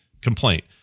complaint